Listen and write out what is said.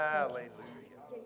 Hallelujah